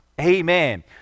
Amen